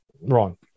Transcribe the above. wrong